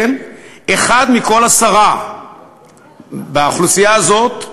אחד מכל עשרה באוכלוסייה הזאת,